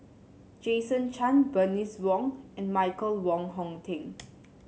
Jason Chan Bernice Wong and Michael Wong Hong Teng